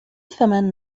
ثمن